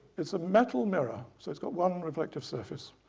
it's a metal mirror, so it's got one reflective surface